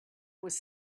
was